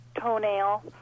toenail